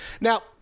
Now